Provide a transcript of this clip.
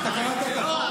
אתה קראת את החוק?